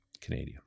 Canadian